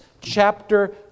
chapter